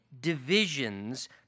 divisions